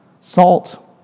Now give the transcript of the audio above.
Salt